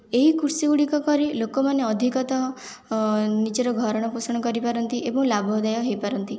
ଏହି କୃଷି ଗୁଡ଼ିକ କରି ଲୋକମାନେ ଅଧିକତଃ ନିଜର ଭରଣ ପୋଷଣ କରିପାରନ୍ତି ଏବଂ ଲାଭଦାୟ ହୋଇପାରନ୍ତି